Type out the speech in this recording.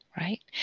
right